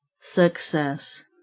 Success